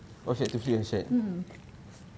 um mm